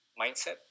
Mindset